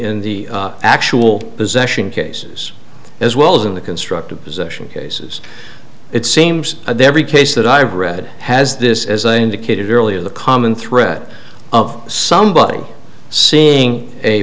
in the actual possession cases as well as in the constructive possession cases it seems there every case that i've read has this as a indicated earlier the common thread of somebody seeing a